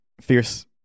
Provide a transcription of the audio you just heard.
Fierce